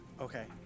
Okay